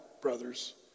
brothers